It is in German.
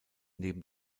neben